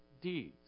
deeds